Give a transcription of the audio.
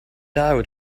out